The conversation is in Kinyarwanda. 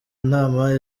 nama